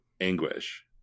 anguish